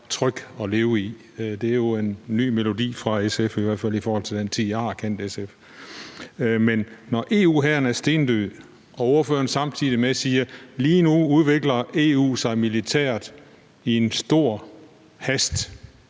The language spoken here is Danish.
tryg at leve i. Det er jo en ny melodi fra SF, i hvert fald i forhold til den tid, jeg har kendt SF. Men EU-hæren er stendød og ordføreren siger samtidig, at EU lige nu udvikler sig militært i en stor i hast;